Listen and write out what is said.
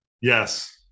Yes